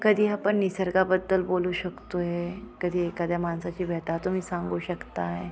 कधी आपण निसर्गाबद्दल बोलू शकतो आहे कधी एखाद्या माणसाची व्यथा तुम्ही सांगू शकत आहे